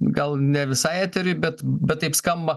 gal ne visai eteriui bet bet taip skamba